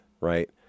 right